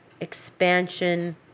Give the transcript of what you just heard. expansion